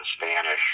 Spanish